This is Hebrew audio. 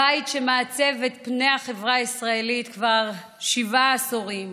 הבית שמעצב את פני החברה הישראלית כבר שבעה עשורים,